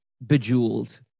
bejeweled